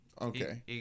Okay